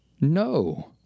No